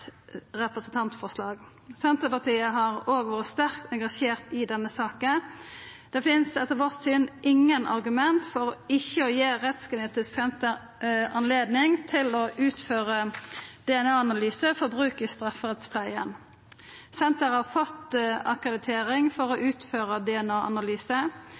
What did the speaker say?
representantforslag. Senterpartiet har òg vore sterkt engasjert i denne saka. Det finst etter vårt syn ingen argument for ikkje å gi Rettsgenetisk senter anledning til å utføra DNA-analysar for bruk i strafferettspleia. Senteret har fått akkreditering for å